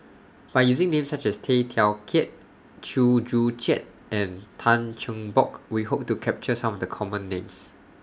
By using Names such as Tay Teow Kiat Chew Joo Chiat and Tan Cheng Bock We Hope to capture Some The Common Names